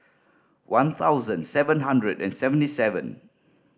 one thousand seven hundred and seventy seven